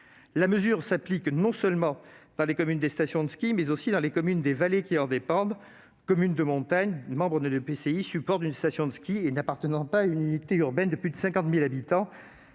La mesure s'applique non seulement dans les communes des stations de ski, mais aussi dans celles des vallées qui en dépendent : communes de montagne, membres de l'EPCI support d'une station de ski et n'appartenant pas une unité urbaine de plus de 50 000 habitants.